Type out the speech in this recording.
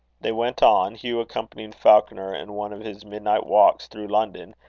they went on, hugh accompanying falconer in one of his midnight walks through london,